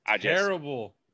terrible